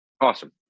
Awesome